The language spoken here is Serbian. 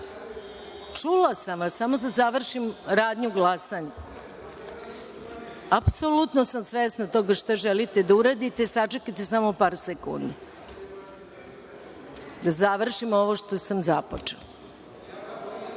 sam vas, samo da završim radnju glasanja. Apsolutno sam svesna toga što želite da uradite, sačekajte samo par sekundi, da završim ovo što sam započela.(Nemanja